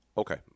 Okay